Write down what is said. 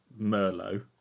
Merlot